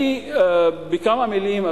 בכמה מלים,